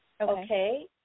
Okay